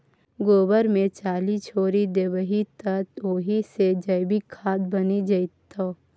गोबर मे चाली छोरि देबही तए ओहि सँ जैविक खाद बनि जेतौ